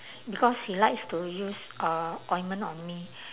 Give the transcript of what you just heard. because he likes to use uh ointment on me